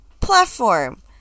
platform